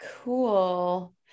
Cool